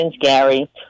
Gary